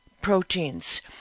proteins